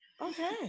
Okay